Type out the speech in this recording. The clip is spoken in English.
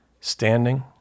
standing